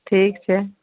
ठीक छै